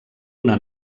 una